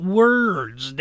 words